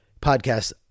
podcast